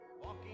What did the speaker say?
Walking